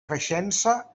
creixença